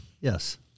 Yes